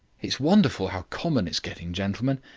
it's wonderful how common it's getting, gentlemen.